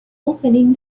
opening